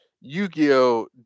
Yu-Gi-Oh